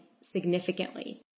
significantly